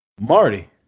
Marty